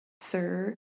sir